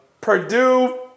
Purdue